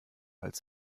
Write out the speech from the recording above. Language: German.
als